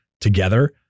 together